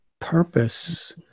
purpose